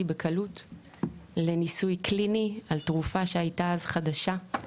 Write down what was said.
בקלות לניסוי קליני על תרופה שהייתה אז חדשה,